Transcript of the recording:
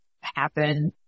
happen